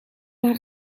naar